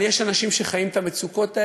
אבל יש אנשים שחיים את המצוקות האלה.